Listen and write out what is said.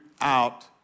out